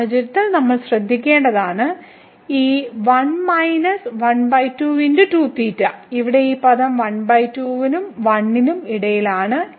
ഈ സാഹചര്യത്തിൽ നമ്മൾ ശ്രദ്ധിക്കേണ്ടതാണ് ഈ ഇവിടെ ഈ പദം 12 നും 1 നും ഇടയിലാണ്